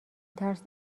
ترس